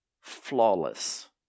flawless